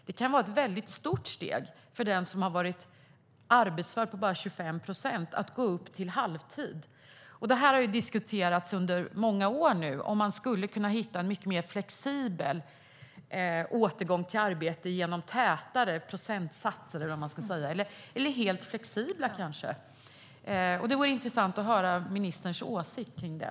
Det kan vara ett väldigt stort steg för den som har varit arbetsför på bara 25 procent att gå upp till halvtid. Det har under många år diskuterats om man skulle kunna hitta en mycket mer flexibel återgång till arbete genom tätare procentsatser, eller vad man ska säga - eller kanske helt flexibla sådana. Det vore intressant att höra ministerns åsikt om det.